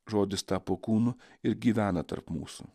žodis tapo kūnu ir gyvena tarp mūsų